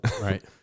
Right